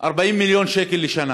40 מיליון שקל לשנה,